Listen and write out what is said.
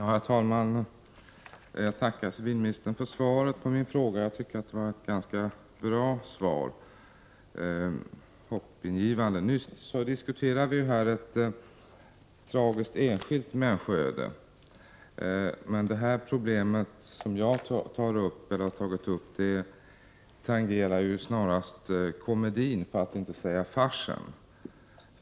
Herr talman! Jag tackar civilministern för svaret på min fråga. Jag tycker det var ett ganska hoppingivande och bra svar. Nyss diskuterade vi här ett tragiskt enskilt människoöde, men det problem som jag har tagit upp tangerar snarast komedin, för att inte säga farsen.